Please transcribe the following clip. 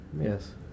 Yes